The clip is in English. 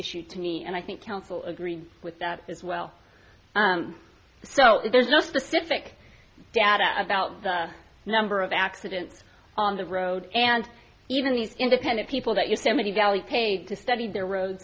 issue to me and i think council agree with that as well so there's no specific data about the number of accidents on the road and even these independent people that use so many values paid to study their roads